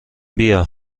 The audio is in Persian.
بیا